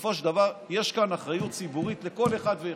בסופו של דבר יש כאן אחריות ציבורית לכל אחד ואחד.